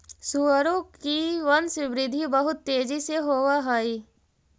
सुअरों की वंशवृद्धि बहुत तेजी से होव हई